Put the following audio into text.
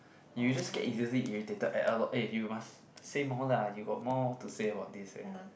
if you just get easily irritated at a lot eh you must say more lah you got more to say about this eh